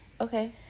okay